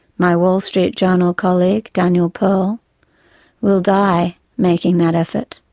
my wall street journal colleague daniel pearl will die making that effort.